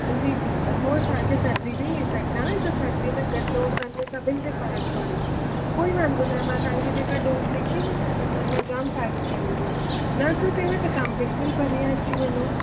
जी जी त हो तव्हांजे सर्दी जो ई इफैक्ट आहे न तव्हां सर्दी में गलो कनु सभिनि ते फ़र्कु पवंदो आहे कोई वांदो न आहे मां तव्हांखे जेका डोज़ लिखी ॾिननि हुननि में जाम फ़ाइदो थी वेंदो आहे न त थियेव त तव्हां बिल्कुलु परीहं अची वञो